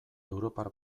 europar